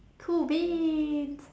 cool beans